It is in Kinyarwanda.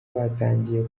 batangiye